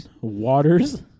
waters